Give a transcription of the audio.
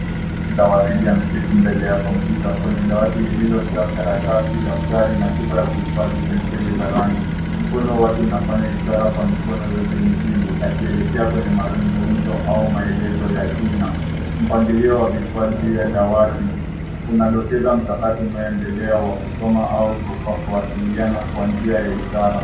Simba waridi ameketi mbele ya kompyuta kwenye dawati lililojaa karatasi daftari na chupa ya kuhifadhi penseli za rangi mkono wake unafanya ishara kwa mikono yote miwili akielekea kwenye mazungumzo au maelezo ya kina mpangilio wa vifaa juu ya dawati unadokeza mchakato unaoendelea wa kusoma au kuwasiliana kwa njia ya ishara